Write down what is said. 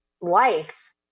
life